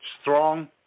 strong